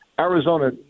Arizona